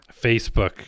Facebook